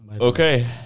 Okay